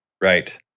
Right